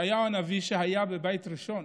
ישעיהו הנביא, שהיה בבית ראשון,